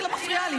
היא לא מפריעה לי.